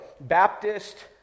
Baptist